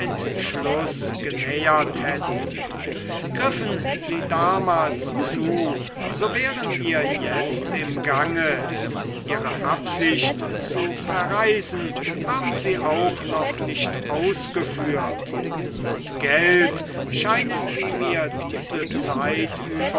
entschluß genähert hätten griffen sie damals zu so wären wir jetzt im gange ihre absicht zu verreisen haben sie auch noch nicht ausgeführt und geld scheinen sie mir diese zeit